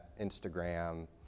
Instagram